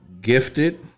Gifted